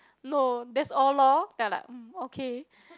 no that's all lor then I like mm okay